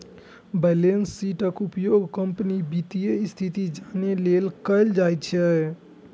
balance शीटक उपयोग कंपनीक वित्तीय स्थिति जानै लेल कैल जाइ छै